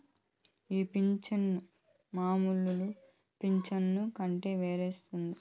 ఈ పింఛను మామూలు పింఛను కంటే వేరైనది